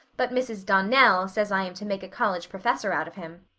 but mrs. donnell says i am to make a college professor out of him.